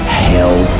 hell